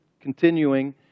continuing